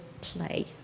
play